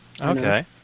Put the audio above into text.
Okay